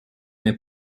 mes